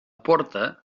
porta